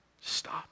Stop